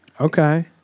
Okay